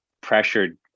pressured